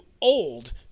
old